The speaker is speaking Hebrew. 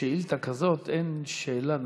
שלשאילתה כזאת אין שאלה נוספת.